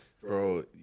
bro